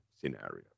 scenarios